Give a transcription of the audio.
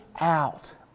out